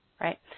right